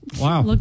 Wow